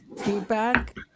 feedback